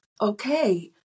Okay